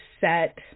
set